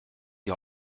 die